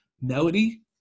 Melody